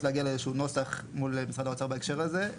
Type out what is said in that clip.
להגיע לאיזה שהוא נוסח מול משרד האוצר בהקשר הזה.